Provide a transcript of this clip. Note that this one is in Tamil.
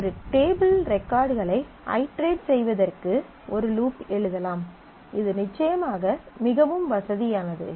s ஒரு டேபிளின் ரெகார்ட்களை ஐட்ரேட் செய்வதற்கு ஒரு லூப் எழுதலாம் இது நிச்சயமாக மிகவும் வசதியானது